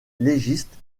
légiste